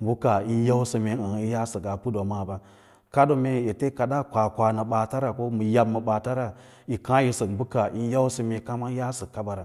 U kaah yín yausə ee yaa səkaa puttǎǎdiwa maaɓa, kadoo mee ete yi kadaa kwakwa ma ɓata ra, ko kuma yab ma ɓaata ra yi kaã yí sək bə kaah tín yausə mee kama yaa sək kaɓara,